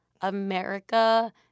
america